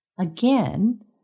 Again